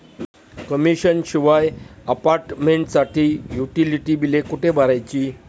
Commission शिवाय अपार्टमेंटसाठी utility बिले कुठे भरायची?